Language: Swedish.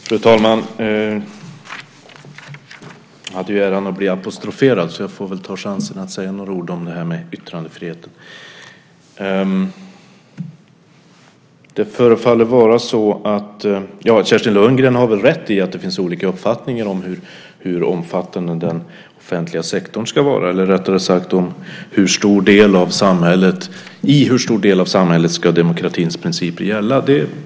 Fru talman! Jag hade äran att bli apostroferad, så jag tar chansen att säga några ord om yttrandefriheten. Kerstin Lundgren har rätt i att det finns olika uppfattningar om hur omfattande den offentliga sektorn ska vara, eller rättare sagt i hur stor del av samhället demokratins principer ska gälla.